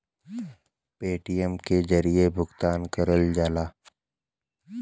Paytm के जरिये भुगतान करल जाला